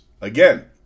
again